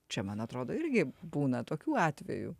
čia man atrodo irgi būna tokių atvejų